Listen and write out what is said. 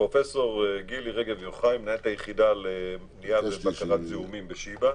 פרופ' גילי רגב יוחאי היא מנהלת היחידה למניעה ולבקרת זיהומים בשיבא,